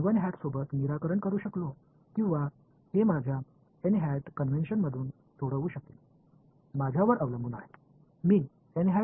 எனவே நான் முழு பிரச்சினையையும் கொண்டு தீர்க்க முடியும் அல்லது கொண்டு தீர்க்க முடியும் கான்வென்ஸன்என்பது என்னைப் பொறுத்தது நான் தேர்வு செய்யப் போகிறேன்